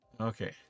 Okay